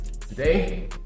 today